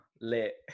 lit